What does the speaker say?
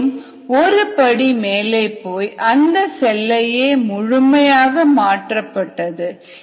மேலும் ஒரு படி மேலே போய் அந்த செல்லையே முழுமையாக மாற்றப்பட்டது